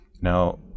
Now